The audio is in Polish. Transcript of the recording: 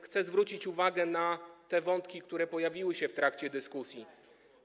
Chcę zwrócić uwagę na te wątki, które pojawiły się w trakcie dyskusji.